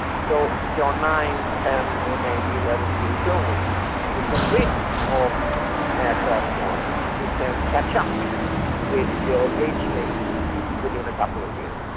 so if you're nine, ten or maybe eleven years you know old and you get rid of aircraft noise you can catch up with your age-mates within a couple of years.